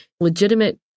legitimate